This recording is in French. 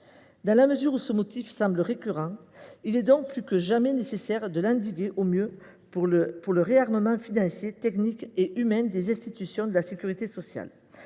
Dans la mesure où ce motif semble récurrent, il est donc plus que jamais nécessaire de l’endiguer au mieux par le réarmement financier, technique et humain des institutions de la sécurité sociale.